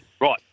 Right